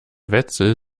wetzel